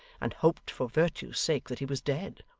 and hoped, for virtue's sake, that he was dead.